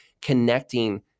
connecting